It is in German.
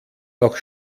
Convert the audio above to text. noch